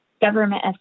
government